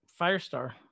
firestar